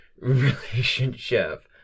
relationship